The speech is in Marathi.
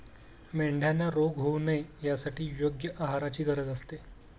मेंढ्यांना रोग होऊ नये यासाठी योग्य आहाराची गरज असते